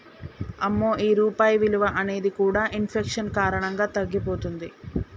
అమ్మో ఈ రూపాయి విలువ అనేది కూడా ఇన్ఫెక్షన్ కారణంగా తగ్గిపోతుంది